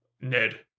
Ned